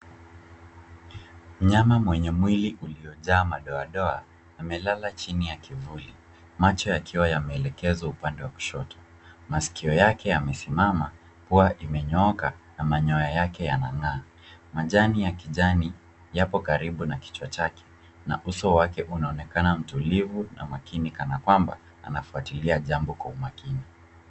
Mnyama mwenye mwili uliojaa madoadoa amelala chini ya kivuli, macho yakiwa yameelekezwa upande wa kushoto. Maskio yake yamesimama, pua imenyooka na manyoya yake yanang'aa. Majani ya kijani yapo karibu na kichwa chake na uso wake unaonekana mtulivu na makini kana kwamba anafwatilia jambo kwa umakini.